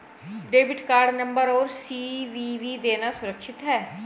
Debit card number और CVV देना सुरक्षित है?